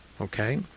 Okay